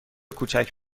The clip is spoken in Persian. کوچک